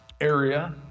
area